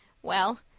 well,